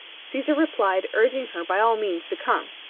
caesar replied, urging her by all means to come.